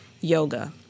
yoga